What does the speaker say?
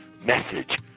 message